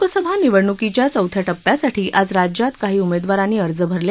लोकसभा निवडणुकीच्या चौथ्या टप्प्यासाठी आज राज्यात काही उमेदवारांनी अर्ज भरले